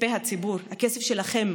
מכספי הציבור, הכסף שלכם,